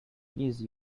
please